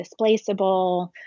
displaceable